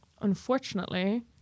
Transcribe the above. unfortunately